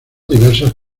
diversas